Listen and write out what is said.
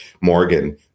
Morgan